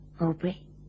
Aubrey